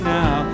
now